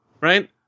right